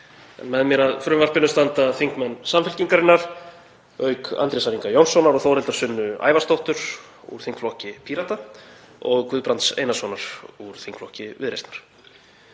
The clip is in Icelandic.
Með mér að frumvarpinu standa þingmenn Samfylkingarinnar auk hv. þm. Andrésar Inga Jónssonar og Þórhildar Sunnu Ævarsdóttur úr þingflokki Pírata og Guðbrands Einarssonar úr þingflokki Viðreisnar.